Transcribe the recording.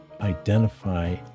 identify